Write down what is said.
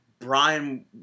Brian